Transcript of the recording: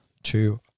two